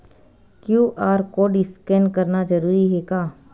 QR code scan करना जरूरी हे का?